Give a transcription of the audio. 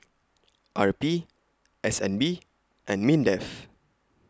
R P S N B and Mindef